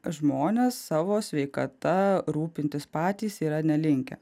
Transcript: žmonės savo sveikata rūpintis patys yra nelinkę